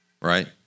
Right